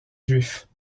juifs